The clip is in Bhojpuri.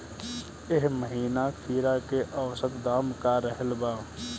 एह महीना खीरा के औसत दाम का रहल बा?